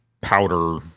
powder